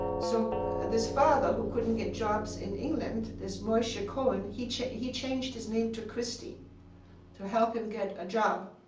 so this father, who couldn't get jobs in england this moise cohen, he changed he changed his name to christy to help him get a job.